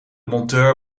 monteur